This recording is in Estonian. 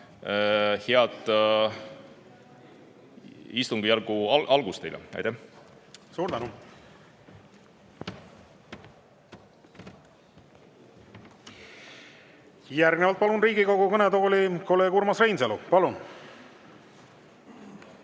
Head istungjärgu algust teile! Suur tänu! Järgnevalt palun Riigikogu kõnetooli kolleeg Urmas Reinsalu. Palun!